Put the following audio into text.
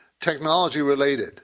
technology-related